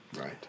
right